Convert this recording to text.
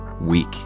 week